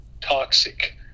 toxic